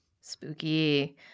Spooky